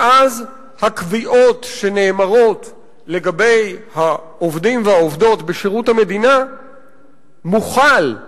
ואז הקביעות שנאמרות לגבי העובדים והעובדות בשירות המדינה מוחלות